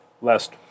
lest